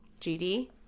GD